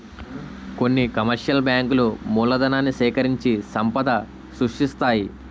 కొన్ని కమర్షియల్ బ్యాంకులు మూలధనాన్ని సేకరించి సంపద సృష్టిస్తాయి